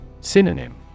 Synonym